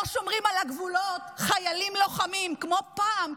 שומרים על הגבולות חיילים לוחמים כמו פעם.